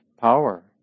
power